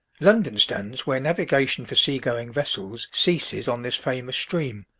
london stands where navigation for sea-going vessels ceases on this famous stream,